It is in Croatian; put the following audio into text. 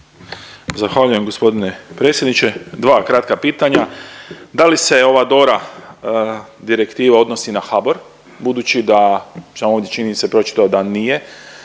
Zahvaljujem gospodine predsjedniče. Dva kratka pitanja. Da li se ova DORA direktiva odnosi na HABOR budući da sam ovdje čini mi se pročitao da nije,